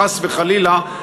חס וחלילה,